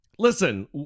Listen